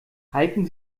halten